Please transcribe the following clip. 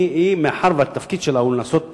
מאחר שהתפקיד שלה הוא לעשות רווח,